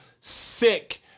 sick